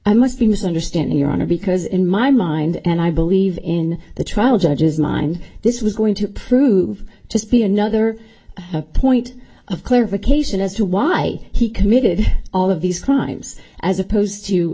i must be misunderstanding your honor because in my mind and i believe in the trial judge's mind this was going to prove to be another point of clarification as to why he committed all of these crimes as opposed to